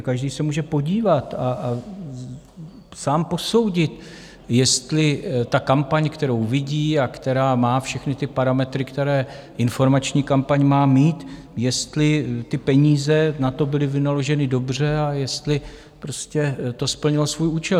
Každý se může podívat a sám posoudit, jestli ta kampaň, kterou vidí a která má všechny parametry, které informační kampaň má mít, jestli ty peníze na to byly vynaloženy dobře a jestli to splnilo svůj účel.